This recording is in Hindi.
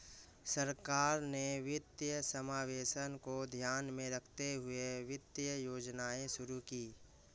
सरकार ने वित्तीय समावेशन को ध्यान में रखते हुए वित्तीय योजनाएं शुरू कीं